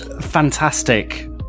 fantastic